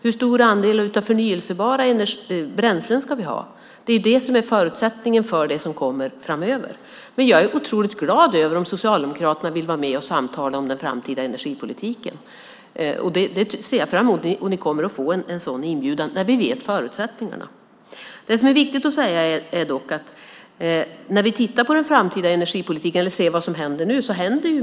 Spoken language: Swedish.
Hur stor andel förnybara bränslen ska vi ha? Det är förutsättningen för det som kommer framöver. Jag är otroligt glad om Socialdemokraterna vill vara med och samtala om den framtida energipolitiken. Det ser jag fram emot. Ni kommer att få en sådan inbjudan när vi vet förutsättningarna. Det händer många spännande saker inom energipolitiken.